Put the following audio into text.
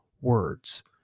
words